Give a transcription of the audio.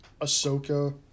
Ahsoka